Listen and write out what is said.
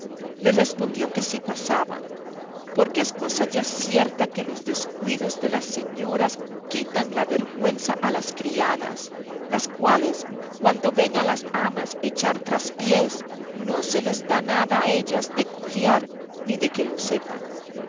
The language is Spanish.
le respondió que sí pasaban porque es cosa ya cierta que los descuidos de las señoras quitan la vergüenza a las criadas las cuales cuando ven a las amas echar traspiés no se les da nada a ellas de cojear ni de que lo sepan